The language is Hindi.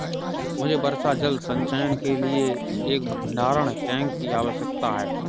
मुझे वर्षा जल संचयन के लिए एक भंडारण टैंक की आवश्यकता है